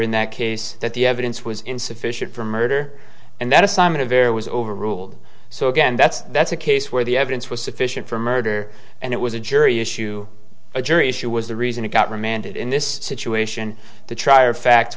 in that case that the evidence was insufficient for murder and that assignment of error was overruled so again that's that's a case where the evidence was sufficient for murder and it was a jury issue a jury issue was the reason it got remanded in this situation the trier of fact